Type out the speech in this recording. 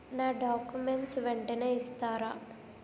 నా డాక్యుమెంట్స్ వెంటనే ఇస్తారా?